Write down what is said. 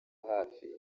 hafi